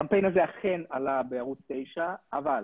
הקמפיין הזה אכן עלה בערוץ 9, אבל